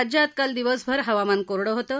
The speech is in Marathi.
राज्यात काल दिवसभर हवामान कोरडं होतं